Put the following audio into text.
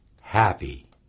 happy